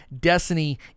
Destiny